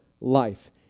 life